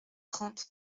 trente